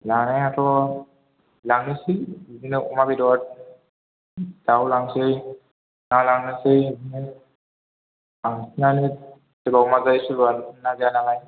लानायाथ' लानोसै बिदिनो अमा बेदर दाउ लांनोसै ना लांनोसै ओमफ्राय बांसिनानो सोरबा अमा जायो सोरबा ना जाया नालाय